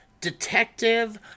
detective